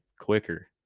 quicker